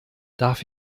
darf